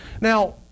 Now